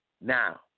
Now